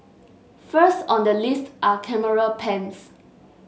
first on the list are camera pens